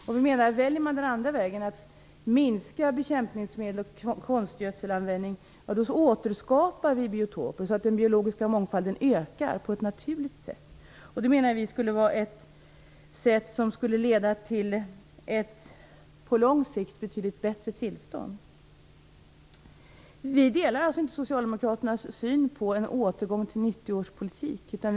Om vi väljer den andra vägen, att minska användning av bekämpningsmedel och konstgödsel, återskapar vi biotoper så att den biologiska mångfalden ökar på ett naturligt sätt. Vi anser att det på lång sikt skulle leda till ett betydligt bättre tillstånd. Vi delar alltså inte socialdemokraternas syn på en återgång till 1990 års politik.